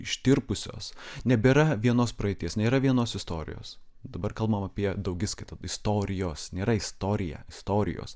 ištirpusios nebėra vienos praeities nėra vienos istorijos dabar kalbam apie daugiskaitą istorijos nėra istorija istorijos